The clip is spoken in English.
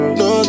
no